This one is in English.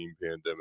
pandemic